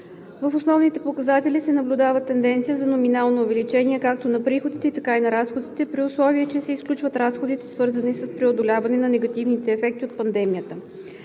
В основните показатели се наблюдава тенденция на номинално увеличение както на приходите, така и на разходите, при условие че се изключат разходите, свързани с преодоляване на негативните ефекти от пандемията.